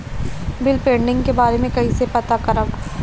Bill pending के बारे में कईसे पता करब?